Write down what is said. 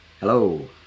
Hello